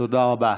תודה רבה.